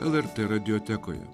lrt radiotekoje